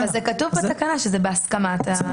כתוב בתקנה שזה בהסכמה.